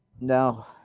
No